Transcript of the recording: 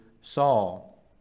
Saul